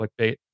clickbait